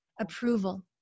approval